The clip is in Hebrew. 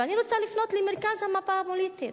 ואני רוצה לפנות למרכז המפה הפוליטית,